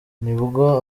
nibwo